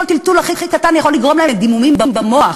כל טלטול הכי קטן יכול לגרום להם לדימומים במוח,